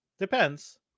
Depends